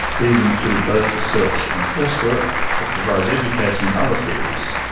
these include both research and course work that provide education in other fields,